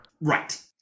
Right